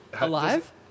Alive